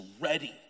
ready